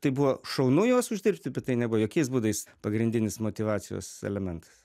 tai buvo šaunu juos uždirbti bet tai nebuvo jokiais būdais pagrindinis motyvacijos elementas